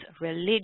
religion